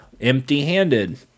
empty-handed